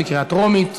בקריאה טרומית.